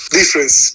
difference